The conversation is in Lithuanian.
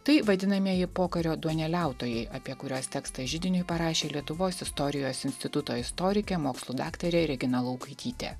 tai vadinamieji pokario duoneliautojai apie kuriuos tekstą židiniui parašė lietuvos istorijos instituto istorikė mokslų daktarė regina laukaitytė